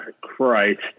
Christ